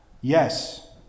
Yes